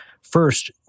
First